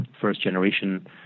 first-generation